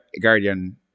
guardian